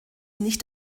nicht